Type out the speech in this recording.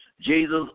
Jesus